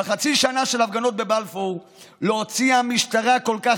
בחצי שנה של הפגנות בבלפור לא הוציאה המשטרה כל כך